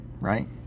right